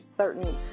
certain